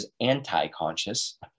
anti-conscious